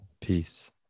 Peace